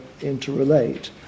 interrelate